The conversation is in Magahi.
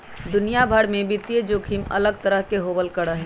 दुनिया भर में वित्तीय जोखिम अलग तरह के होबल करा हई